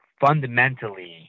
fundamentally